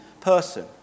person